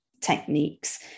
techniques